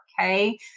Okay